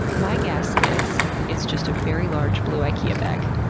my guess is it's just a very large blue ikea bag.